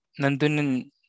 nandun